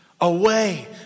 Away